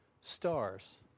stars